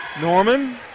norman